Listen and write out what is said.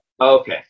Okay